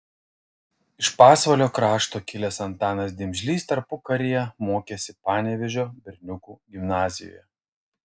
iš pasvalio krašto kilęs antanas dimžlys tarpukaryje mokėsi panevėžio berniukų gimnazijoje